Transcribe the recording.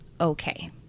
okay